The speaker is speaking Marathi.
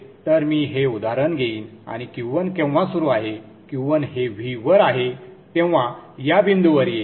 तर मी हे उदाहरण घेईन आणि Q1 केव्हा सुरू आहे Q1 हे V वर आहे तेव्हा या बिंदूवर येईल